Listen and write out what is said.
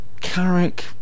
Carrick